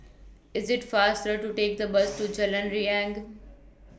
IS IT faster to Take The Bus to Jalan Riang